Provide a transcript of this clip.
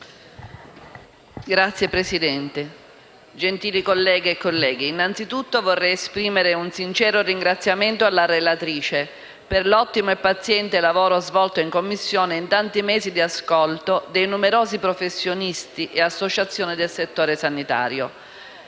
connessi** Gentili colleghe e colleghi, innanzitutto vorrei esprimere un sincero ringraziamento alla relatrice per l'ottimo e paziente lavoro svolto in Commissione in tanti mesi di ascolto dei numerosi professionisti e associazioni del settore sanitario.